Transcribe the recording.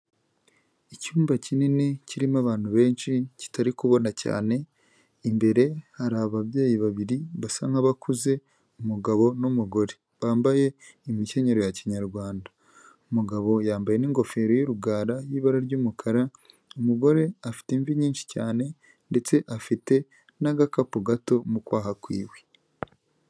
Icyumba kinini kirimo abantu benshi kitari kubona cyane, imbere hari ababyeyi babiri basa nkabakuze, umugabo n'umugore bambaye imikenyero ya kinyarwanda, umugabo yambaye n'ingofero y'urugara y'ibara ry'umukara, umugore afite imvi nyinshi cyane ndetse afite n'agakapu gato mu kwaha kw'iwe.